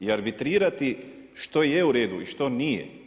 I arbitrirati što je u redu i što nije.